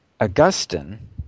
Augustine